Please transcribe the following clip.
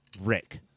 Rick